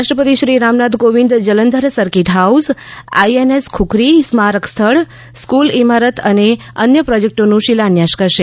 રાષ્ટ્રપતિ Shri Ramnath Kovind Jalandhar circuit house INS Khukri સ્મારક સ્થળ સ્ફૂલ ઇમારત અને અન્ય પ્રોજેક્ટોનું શિલાન્યાસ કરશે